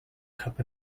cup